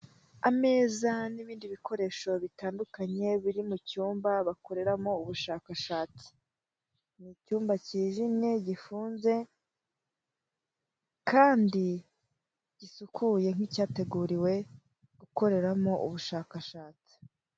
Ameza n'ibindi bikoresho bitandukanye biri mu cyumba bakoreramo ubushakashatsi. Ni icyumba cyijimye, gifunze kandi gisukuye, nk'icyateguriwe gukoreramo ubushakashatsi.